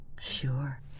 Sure